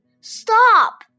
Stop